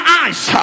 eyes